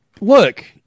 look